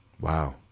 Wow